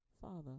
Father